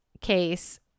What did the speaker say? case